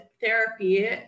therapy